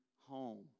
home